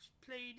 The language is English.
played